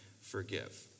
forgive